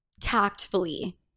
tactfully